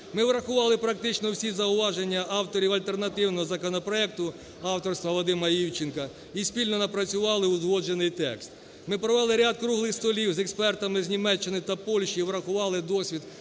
Ми врахували практично всі зауваження авторів альтернативного законопроекту авторства Вадима Івченка і спільно напрацювали узгоджений текст. Ми провели ряд круглих столів з експертами з Німеччини та Польщі і врахували досвід